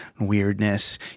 weirdness